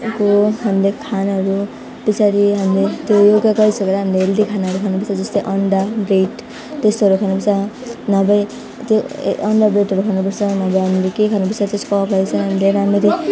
को हामीले खानाहरू पछाडि हामीले त्यो योगा गरिसकेर हामीले हेल्दी खानाहरू खानु पर्छ जस्तो अन्डा ब्रेड त्यस्तोहरू खानु पर्छ नभए त्यो अन्डा ब्रेडहरू खानु पर्छ नभए हामीले केही खानु पर्छ त्यसको अगाडि चाहिँ हामीले राम्ररी